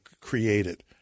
created